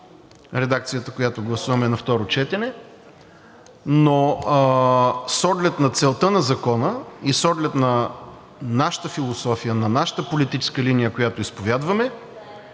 редакцията, която гласуваме на второ четене, но с оглед на целта на Закона и с оглед на нашата философия, на нашата политическа линия, която изповядваме